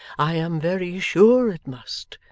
i am very sure it must.